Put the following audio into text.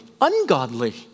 ungodly